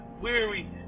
weary